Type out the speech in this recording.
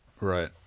Right